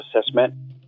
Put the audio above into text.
assessment